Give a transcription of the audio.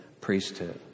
priesthood